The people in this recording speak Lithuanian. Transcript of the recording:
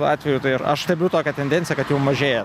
atveju tai ir aš stebiu tokią tendenciją kad jau mažėja